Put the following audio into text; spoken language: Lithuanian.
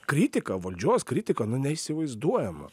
kritika valdžios kritika nu neįsivaizduojama